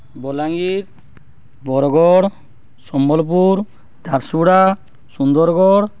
Balangir Bargarh Sambalpur Jharsuguda Sundargarh